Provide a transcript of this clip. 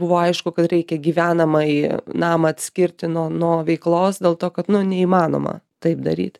buvo aišku kad reikia gyvenamąjį namą atskirti nuo nuo veiklos dėl to kad neįmanoma taip daryt